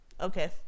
Okay